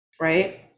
right